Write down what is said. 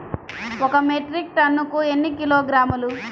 ఒక మెట్రిక్ టన్నుకు ఎన్ని కిలోగ్రాములు?